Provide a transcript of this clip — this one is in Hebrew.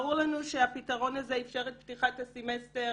ברור לנו שהפתרון הזה איפשר את פתיחת הסמסטר